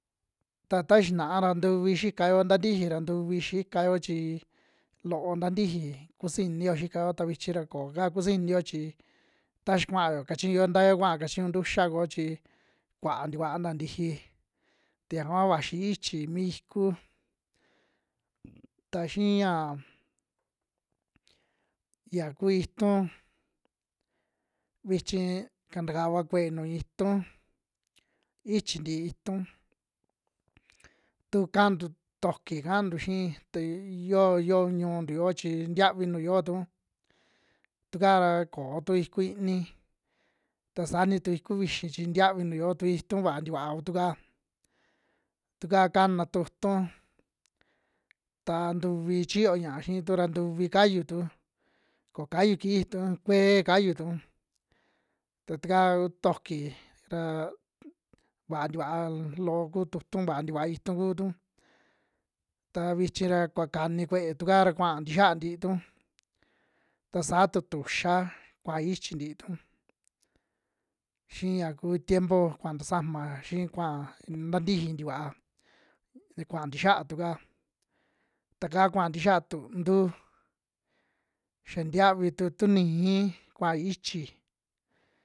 Ta taa xinaa ra ntuvii xikao nta tiji ra ntuvi xikao chii loo nta tiji kusinio xikao, vichi ra koo ka kusinio chii ta xia kuao kachiñuo nta yo kuaa kachiñu ntuxa kuo chi kuaa ntikua nta ntiji ta yaka kua vaxi ichii mi iku, ta xii yaa ya ku it, vichi katukava kue'e nuu itun, ichi ntii itun tu kantu toki kantu xii tu yo, yo ñu'untu yoo chi ntavi nuu yiotu tuka ra koo tu iku iini, ta saa ni tu iku vixi chi ntiavi nu yoo tu, itu vaa tikua kutu'ka, tu'ka kana tu'utu ta ntuvi chiyo ña'a xiitu ra ntuvi kayutu, ko kayu kijitu kuee kayutu ta tuka ku toki ra vaa ntikua loo ku tu'utu, vaa ntikua itun kutu ta vichi ra kuva kani kue'e tu kaa ra kua ntixia ntii tu, ta saa tu tuxa kua ichi ntii tu xii ya kuu tiempo kua tasama xii kua nta ntiji tikua, kua ntixiaa tu kaa, ta kaa kua ntixiaa tuntu xia ntavitu tu ni'í kuaa ichi.